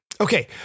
okay